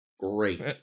great